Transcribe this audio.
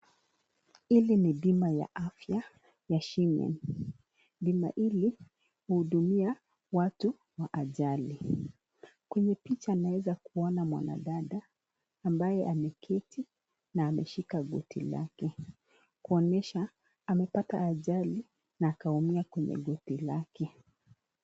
Ili ni bima la afya ya shemen, bima Ili huudumia Watu Wa ajali. kwenye picha naweza Kuona mwanadada, ameketi na kushika goti lake kuonesha amepata ajali na kuumia kwenye goti lake.